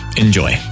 Enjoy